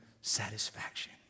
satisfaction